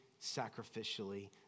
sacrificially